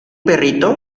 perrito